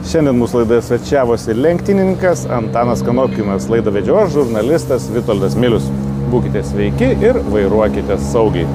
šiandien mūsų laidoje svečiavosi ir lenktynininkas antanas kanopkinas laidą vedžiau aš žurnalistas vitoldas milius būkite sveiki ir vairuokite saugiai